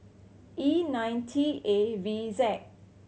E nine T A V Z